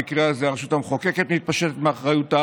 במקרה הזה הרשות המחוקקת מתפשטת מאחריותה,